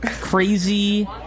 crazy